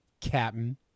Captain